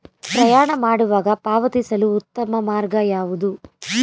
ಪ್ರಯಾಣ ಮಾಡುವಾಗ ಪಾವತಿಸಲು ಉತ್ತಮ ಮಾರ್ಗ ಯಾವುದು?